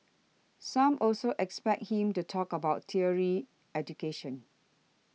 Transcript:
some also expect him to talk about tertiary education